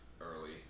early